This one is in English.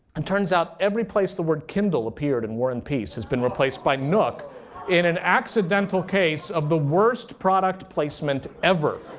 it turns out every place the word kindle appeared in war and peace has been replaced by nook in an accidental case of the worst product placement ever.